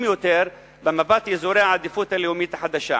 יותר במפת אזורי העדיפות הלאומית החדשה.